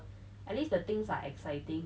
at least the things are exciting